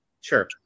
Sure